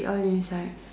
you all decide